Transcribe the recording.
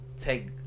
take